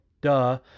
Duh